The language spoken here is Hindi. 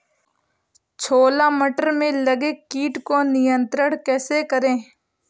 छोला मटर में लगे कीट को नियंत्रण कैसे करें?